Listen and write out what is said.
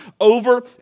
over